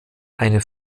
eine